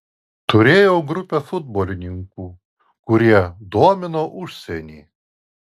turėjau grupę futbolininkų kurie domino užsienį